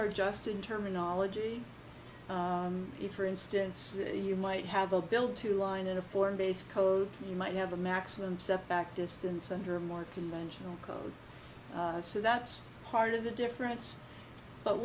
are just in terminology if for instance you might have a bill to line in a foreign based code you might have a maximum step back distance under more conventional code so that's part of the difference but